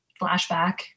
flashback